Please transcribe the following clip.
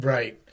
Right